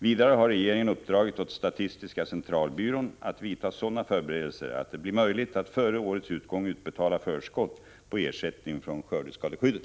Vidare har regeringen uppdragit åt statistiska centralbyrån att vidta sådana förberedelser att det blir möjligt att före årets utgång utbetala förskott på ersättning från skördeskadeskyddet.